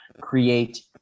create